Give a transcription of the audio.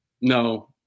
No